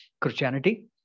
Christianity